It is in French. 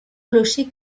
clocher